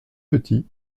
petits